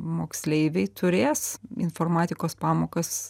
moksleiviai turės informatikos pamokas